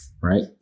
Right